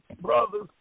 brothers